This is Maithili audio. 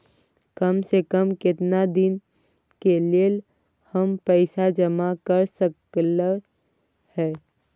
काम से कम केतना दिन के लेल हम पैसा जमा कर सकलौं हैं?